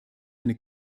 eine